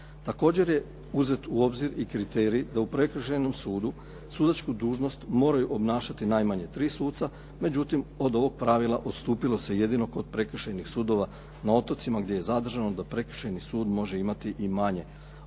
Također je uzet u obzir i kriterij da u prekršajnom sudu sudačku dužnost moraju obnašati najmanje tri suca, međutim, od ovog pravila odstupilo se jedino kod prekršajnih sudova na otocima gdje je zadržano da prekršajni sud može imati i manje od tri